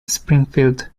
springfield